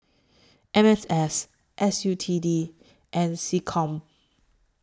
M M S S U T D and Seccom